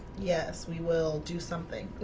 yes, we will do something.